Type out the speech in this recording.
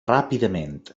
ràpidament